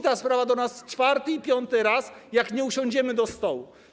Ta sprawa wróci do nas czwarty i piąty raz, jak nie usiądziemy do stołu.